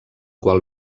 qual